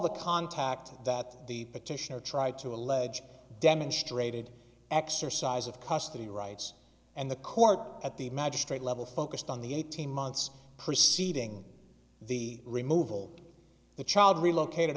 the contact that the petitioner tried to allege demonstrated exercise of custody rights and the court at the magistrate level focused on the eighteen months preceding the removal of the child relocated